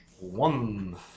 One